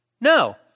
No